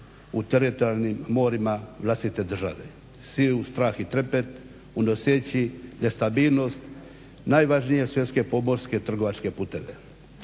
u teritorijalnim morima vlastite države. Siju strah i trepet unoseći nestabilnost najvažnije svjetske pomorske trgovačke puteve.